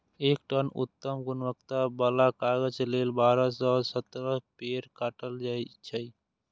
एक टन उत्तम गुणवत्ता बला कागज लेल बारह सं सत्रह पेड़ काटल जाइ छै